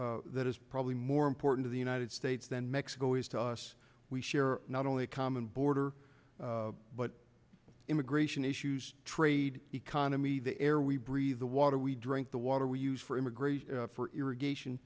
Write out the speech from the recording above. that is probably more important to the united states than mexico is to us we share not only a common border but immigration issues trade economy the air we breathe the water we drink the water we use for immigration for irrigation